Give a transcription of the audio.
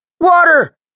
Water